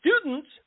Students